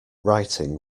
writing